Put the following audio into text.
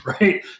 right